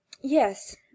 Yes